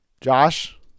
Josh